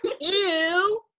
ew